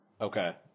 Okay